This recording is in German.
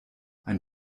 ein